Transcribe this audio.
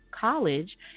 College